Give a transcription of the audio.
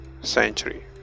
century